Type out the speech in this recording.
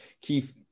keith